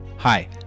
Hi